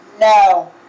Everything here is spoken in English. No